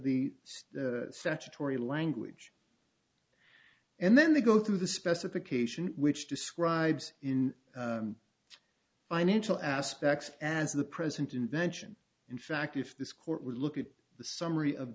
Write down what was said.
f the statutory language and then they go through the specification which describes in financial aspects as the present invention in fact if this court will look at the summary of